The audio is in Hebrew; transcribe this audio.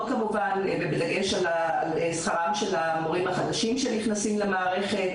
ובדגש על שכרם של המורים החדשים שנכנסים למערכת.